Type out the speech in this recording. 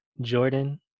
Jordan